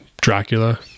dracula